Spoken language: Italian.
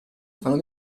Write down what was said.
fanno